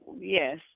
yes